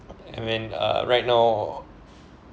and then uh right now